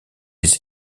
les